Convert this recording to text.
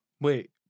Wait